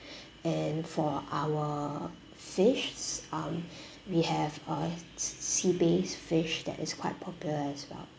and for our fish um we have uh sea bass fish that is quite popular as well